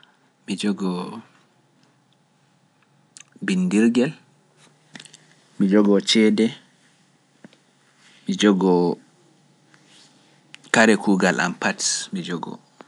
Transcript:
Mi jogo binndirgel, mi jogo cede, mi jogo kare am pat.